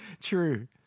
True